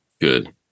good